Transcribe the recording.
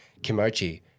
Kimochi